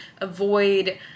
avoid